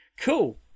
Cool